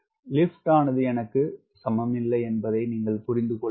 lift ஆனது எடைக்கு சமமில்லை என்பதை நீங்கள் புரிந்துகொள்ளுங்கள்